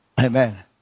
Amen